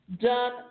done